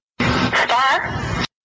Star